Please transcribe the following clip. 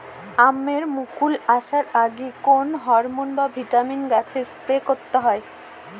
আমের মোল আসার আগে কোন হরমন বা ভিটামিন গাছে স্প্রে করতে হয়?